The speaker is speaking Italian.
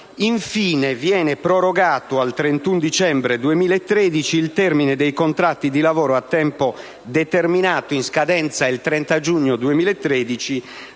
Infine, viene prorogato al 31 dicembre 2013 il termine dei contratti di lavoro a tempo determinato in scadenza il 30 giugno 2013